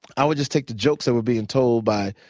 i would just take the jokes that were being told by